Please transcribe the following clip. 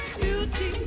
beauty